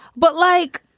but like,